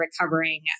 recovering